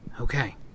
Okay